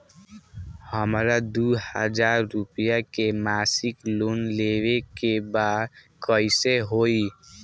हमरा दो हज़ार रुपया के मासिक लोन लेवे के बा कइसे होई?